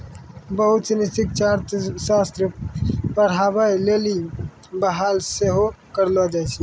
बहुते सिनी शिक्षक अर्थशास्त्र पढ़ाबै लेली बहाल सेहो करलो जाय छै